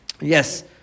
Yes